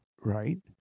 right